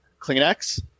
Kleenex